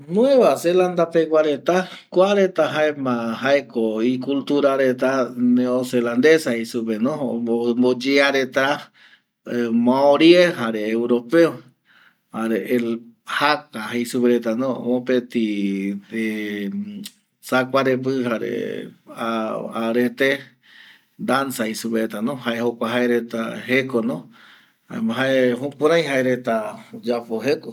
Nuevazelanda pegua reta kua reta jaema jaeko y cultura reta neozelandesa jei supe no, omboyea reta morie jare europeo jare el jacta jei supe reta no mopeti sakuarepi, arete danza jei supe reta jae jokua jae reta jeko no jaema jae jukurai jae reta oyapo jeko